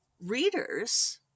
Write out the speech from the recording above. readers